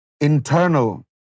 internal